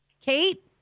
Kate